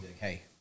hey